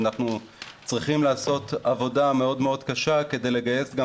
אנחנו צריכים לעשות עבודה מאוד מאוד קשה כדי לגייס גם